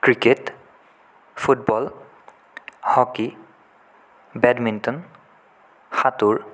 cricket football hockey badminton সাঁতোৰ